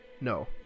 No